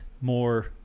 more